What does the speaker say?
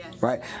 right